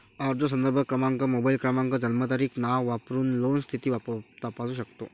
अर्ज संदर्भ क्रमांक, मोबाईल क्रमांक, जन्मतारीख, नाव वापरून लोन स्थिती तपासू शकतो